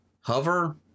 Hover